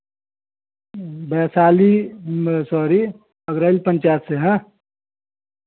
Vaishali sorry Agrail panchayat से है